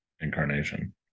incarnation